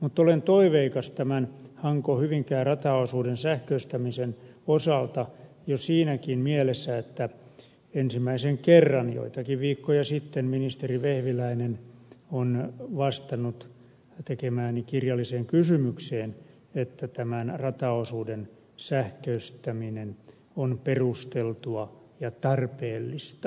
mutta olen toiveikas tämän hankohyvinkää rataosan sähköistämisen osalta jo siinäkin mielessä että ensimmäisen kerran joitakin viikkoja sitten ministeri vehviläinen on vastannut tekemääni kirjalliseen kysymykseen että tämän rataosuuden sähköistäminen on perusteltua ja tarpeellista